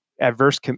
adverse